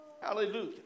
Hallelujah